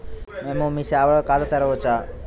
మేము మీ సేవలో ఖాతా తెరవవచ్చా?